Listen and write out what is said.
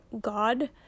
God